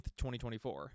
2024